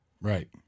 Right